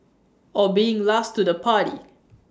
or being last to the party